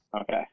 Okay